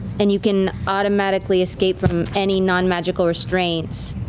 and you can automatically escape from any non-magical restraints